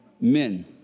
Men